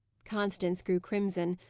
constance grew crimson.